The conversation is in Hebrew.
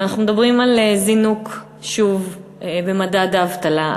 ואנחנו מדברים על זינוק שוב במדד האבטלה.